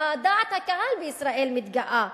שבה דעת הקהל בישראל מתגאה.